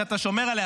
שאתה שומר עליה,